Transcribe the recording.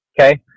Okay